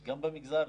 גם במגזר,